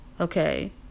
okay